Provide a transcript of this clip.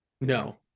No